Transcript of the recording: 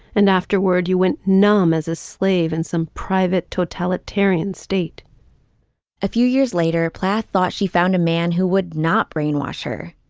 and afterward you went numb as a slave in some private totalitarian state a few years later plath thought she found a man who would not brainwash her.